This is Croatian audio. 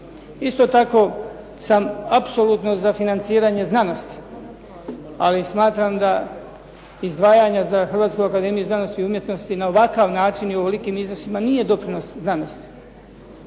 Isto tako sam apsolutno za financiranje znanosti, ali smatram da izdvajanja za Hrvatsku akademiju znanosti i umjetnosti na ovakav način i u ovolikim iznosima nije doprinos znanosti